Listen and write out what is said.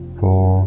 four